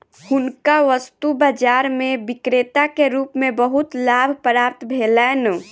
हुनका वस्तु बाजार में विक्रेता के रूप में बहुत लाभ प्राप्त भेलैन